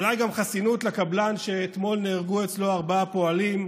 אולי גם חסינות לקבלן שאתמול נהרגו אצלו ארבעה פועלים.